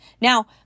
Now